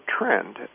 trend